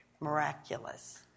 Miraculous